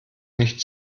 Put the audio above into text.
nicht